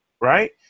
right